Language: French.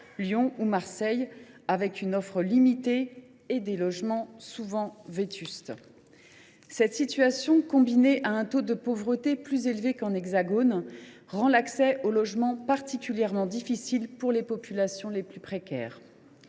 Lyon ou Marseille, malgré une offre limitée et des logements souvent vétustes. Cette situation, à laquelle s’ajoute un taux de pauvreté plus élevé qu’en Hexagone, rend l’accès au logement particulièrement ardu pour les populations les plus précaires.